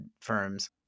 firms